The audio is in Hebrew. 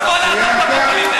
אז בוא נעביר את, כל הכבוד.